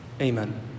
Amen